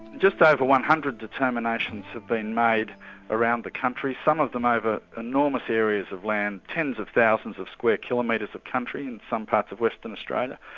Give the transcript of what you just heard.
just over one hundred determinations have been made around the country. some of then over ah enormous areas of land, tens of thousands of square kilometres of country in some parts of western australia,